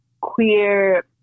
queer